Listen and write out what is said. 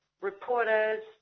reporters